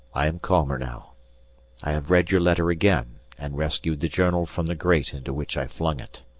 i am calmer now i have read your letter again and rescued the journal from the grate into which i flung it.